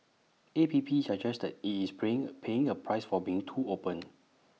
A P P suggests that IT is praying paying A price for being too open